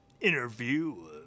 interview